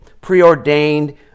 preordained